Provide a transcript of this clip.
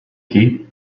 key